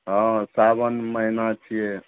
हँ साबन महीना छियै